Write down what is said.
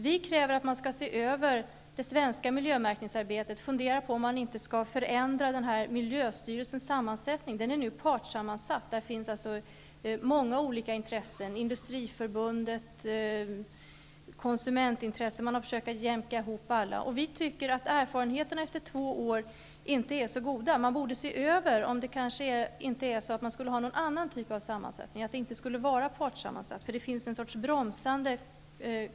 Vi kräver att man skall se över det svenska miljömärkningsarbetet och fundera på om man inte skall förändra miljömärkningsstyrelsens sammansättning. Den är nu partssammansatt. Där finns många olika intressen; Industriförbundet, konsumentintressen, m.fl. Man har försökt att jämka ihop alla. Erfarenheterna efter två år är inte så goda. Man borde se över om man kanske skulle ha någon annan typ av sammansätting. Styrelsen skulle kanske inte vara partssammansatt.